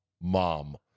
mom